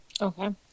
Okay